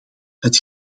het